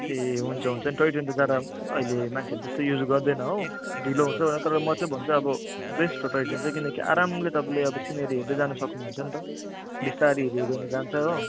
ए हुन्छ हुन्छ toy train त ज्यादा अहिले मान्छेहरूले त्यस्तो युज गर्दैन हो ढिलो हुन्छ भनेर तर म चाहिँ भन्छु अब बेस्ट हो टय ट्रेन चाहिँ किनकि आरामले तपाईँले अब सिनेरी हेर्दै जान सक्नुहुन्छ नि त बिस्तारै हेरी हेरी जान्छ हो